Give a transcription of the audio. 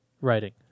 writing